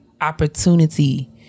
opportunity